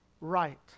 right